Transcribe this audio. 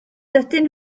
dydyn